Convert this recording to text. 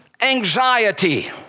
anxiety